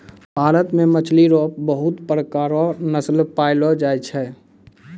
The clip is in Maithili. भारत मे मछली रो पबहुत प्रकार रो नस्ल पैयलो जाय छै